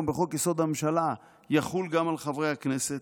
בחוק-יסוד: הממשלה יחול גם על חברי הכנסת?